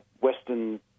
Western